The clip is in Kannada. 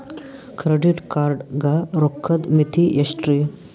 ಕ್ರೆಡಿಟ್ ಕಾರ್ಡ್ ಗ ರೋಕ್ಕದ್ ಮಿತಿ ಎಷ್ಟ್ರಿ?